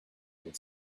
would